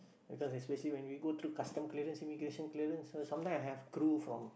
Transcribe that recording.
because especially when we go through custom clearance immigration clearance so sometime I have crew from